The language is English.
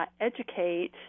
educate